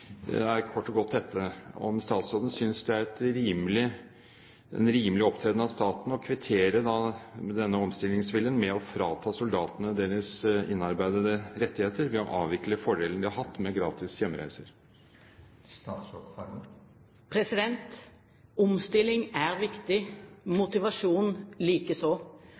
kort og godt dette: Synes statsråden det er en rimelig opptreden av staten å kvittere denne omstillingsviljen med å frata soldatene deres innarbeidede rettigheter, ved å avvikle fordelen de har hatt med gratis hjemreiser? Omstilling er viktig, motivasjon likeså.